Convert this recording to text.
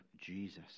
Jesus